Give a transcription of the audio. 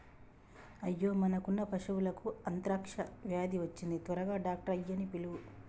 అయ్యో మనకున్న పశువులకు అంత్రాక్ష వ్యాధి వచ్చింది త్వరగా డాక్టర్ ఆయ్యన్నీ పిలువు